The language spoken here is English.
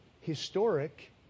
Historic